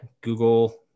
Google